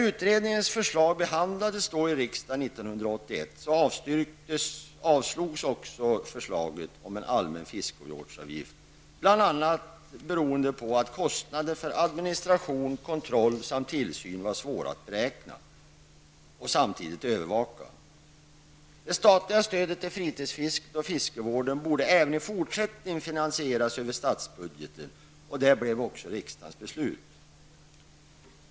1981 avslogs förslaget om en allmän fiskevårdsavgift, bl.a. beroende på att kostnaden för administration, kontroll och tillsyn var svår att beräkna och på att övervakningen skulle vara svår. Det statliga stödet till fritidsfisket och fiskevården borde även i fortsättningen finansieras över statsbudgeten, anförde utskottet, och detta blev även riksdagens beslut.